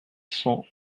cent